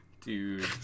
dude